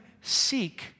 seek